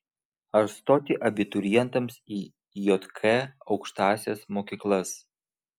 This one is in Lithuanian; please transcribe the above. ar stoti abiturientams į jk aukštąsias mokyklas